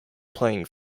playing